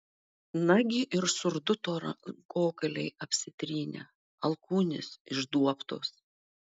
nagi ir surduto rankogaliai apsitrynę alkūnės išduobtos